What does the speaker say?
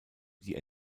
die